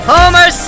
Homer